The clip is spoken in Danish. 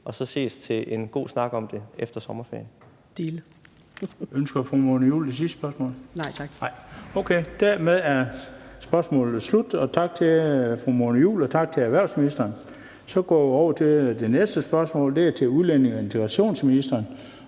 og så ses til en god snak om det efter sommerferien.